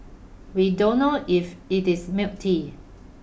we don't know if it is milk tea